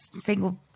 single